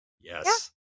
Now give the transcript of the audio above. Yes